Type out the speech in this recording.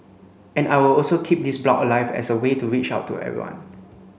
and I will also keep this blog alive as a way to reach out to everyone